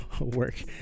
work